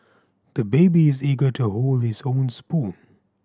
the baby is eager to hold his own spoon